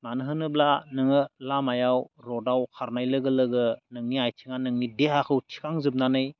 मानो होनोब्ला नोङो लामायाव रडआव खारनाय लोगो लोगो नोंनि आथिङा नोंनि देहाखौ थिखांजोबनानै